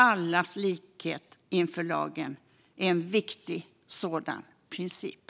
Allas likhet inför lagen är en viktig sådan princip.